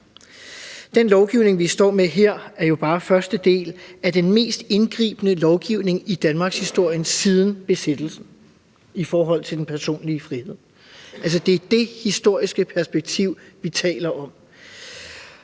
Den lovgivning, vi står med her, er jo bare første del af den mest indgribende lovgivning i danmarkshistorien siden besættelsen, når det gælder den personlige frihed. Det er det historiske perspektiv, vi taler om.